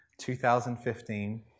2015